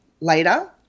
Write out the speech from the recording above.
later